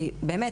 כי באמת,